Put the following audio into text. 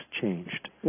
changed